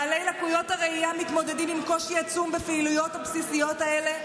בעלי לקויות הראייה מתמודדים עם קושי עצום בפעילויות הבסיסיות האלה,